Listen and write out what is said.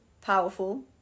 powerful